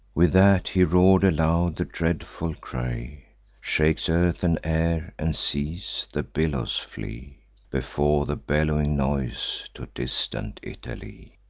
with that he roar'd aloud the dreadful cry shakes earth, and air, and seas the billows fly before the bellowing noise to distant italy.